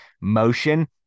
motion